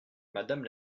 madame